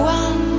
one